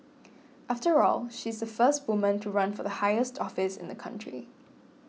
after all she's the first woman to run for the highest office in the country